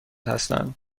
هستند